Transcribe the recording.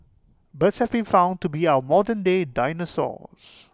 birds have been found to be our modernday dinosaurs